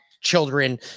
children